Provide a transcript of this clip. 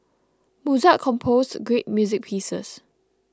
Mozart composed great music pieces